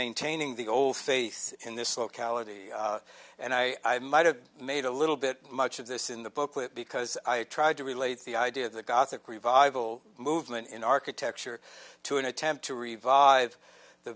maintaining the old faith in this locality and i might have made a little bit much of this in the booklet because i tried to relate the idea of the gothic revival movement in architecture to an attempt to revive the